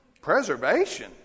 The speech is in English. preservation